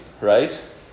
Right